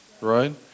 Right